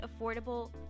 affordable